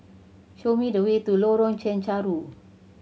show me the way to Lorong Chencharu